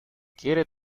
quiere